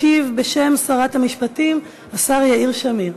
ישיב בשם שרת המשפטים השר יאיר שמיר.